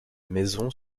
maisons